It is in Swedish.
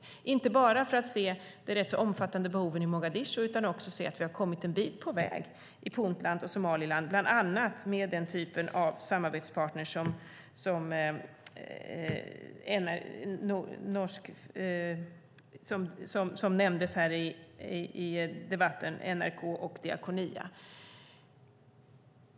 Det handlar inte bara om att se de rätt så omfattande behoven i Mogadishu utan också om att se att vi har kommit en bit på väg i Puntland och Somaliland, bland annat med den typ av samarbetspartner som nämndes i debatten, alltså NRK och Diakonia.